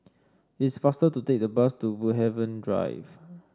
it's faster to take the bus to Woodhaven Drive